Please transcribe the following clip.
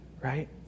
right